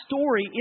story